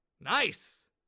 Nice